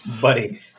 Buddy